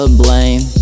blame